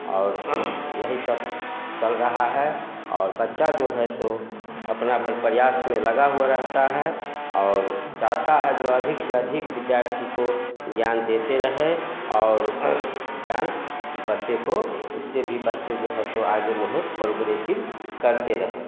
और यही सब चल रहा है और बच्चा जो है सो अपना भर प्रयास में लगा हुआ रहता है और चाहता है जो अधिक से अधिक विद्यार्थी को ज्ञान देते रहें और ज्ञान बच्चे को उससे भी बच्चे जो है सो आगे जो है प्रोग्रेसिव करते रहें